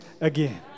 again